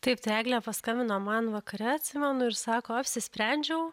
taip tai eglė paskambino man vakare atsimenu ir sako apsisprendžiau